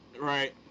Right